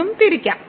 എന്നും തിരിക്കാം